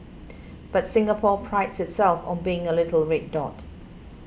but Singapore prides itself on being a little red dot